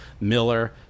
Miller